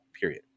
period